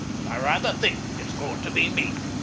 and i rather think it's goin' to be me.